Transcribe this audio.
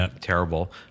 terrible